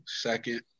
second